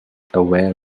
aware